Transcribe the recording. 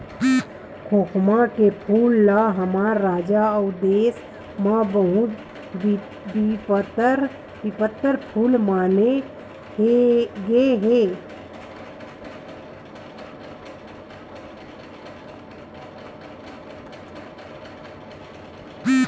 खोखमा के फूल ल हमर राज अउ देस म बहुत पबित्तर फूल माने गे हे